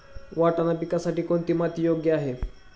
वाटाणा पिकासाठी कोणती माती योग्य आहे?